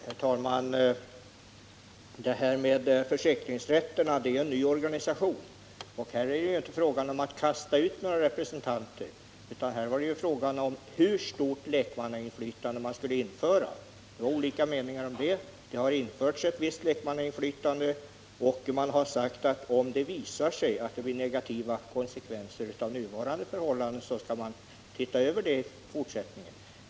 Herr talman! Beträffande försäkringsrätterna är det en ny organisation. Här var det inte fråga om att kasta ut några representanter, utan det var fråga om hur stort lekmannainflytande man skulle införa. Det var olika meningar om det. Ett visst lekmannainflytande har införts, och man har sagt att om det visat sig att det blir negativa konsekvenser av nuvarande förhållanden, så skall man se över detta i fortsättningen.